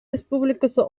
республикасы